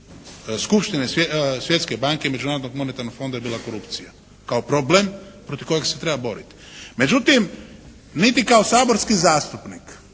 Skupštine Svjetske banke i Međunarodnog monetarnog fonda je bila korupcija, kao problem protiv kojeg se treba boriti. Međutim, niti kao saborski zastupnik